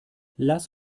lass